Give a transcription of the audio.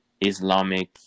islamic